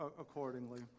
accordingly